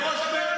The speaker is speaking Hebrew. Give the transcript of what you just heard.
נבל זה כמו צורר?